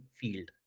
field